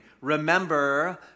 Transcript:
Remember